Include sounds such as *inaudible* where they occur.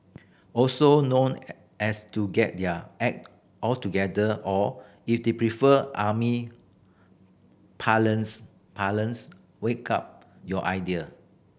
also known *unintelligible* as to get your act or together or if you prefer army parlance parlance wake up your idea